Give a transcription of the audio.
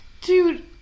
Dude